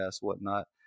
whatnot